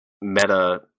meta